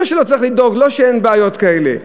לא שלא צריך לדאוג, לא שאין בעיות כאלה.